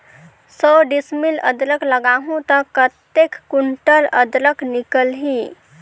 सौ डिसमिल अदरक लगाहूं ता कतेक कुंटल अदरक निकल ही?